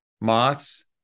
Moths